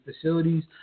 facilities